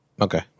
okay